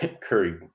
Curry